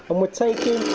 and we're taking